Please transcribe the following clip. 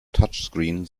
touchscreen